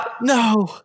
No